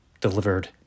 delivered